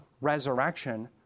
resurrection